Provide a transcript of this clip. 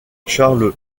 charles